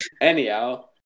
Anyhow